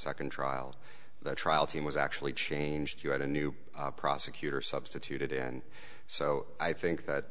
second trial the trial team was actually changed you had a new prosecutor substituted in so i think that